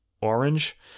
Orange